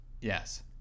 Yes